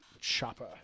chopper